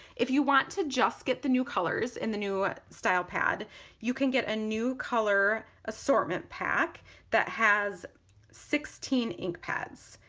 if you want to just get the new colors in the new style pad you can get a new color assortment pack that has sixteen ink pads,